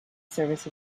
service